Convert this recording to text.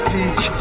Teach